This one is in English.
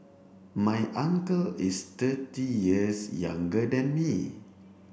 my uncle is thirty years younger than me